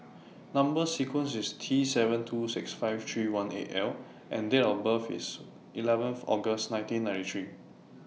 Number sequence IS T seven two six five three one eight L and Date of birth IS eleven August nineteen ninety three